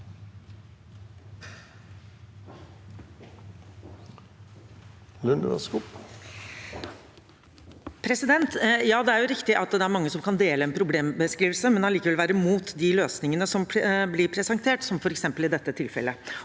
Det er riktig at det er mange som kan dele en problembeskrivelse, men allikevel være mot de løsningene som blir presentert, som f.eks. i dette tilfellet.